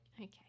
Okay